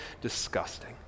disgusting